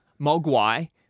mogwai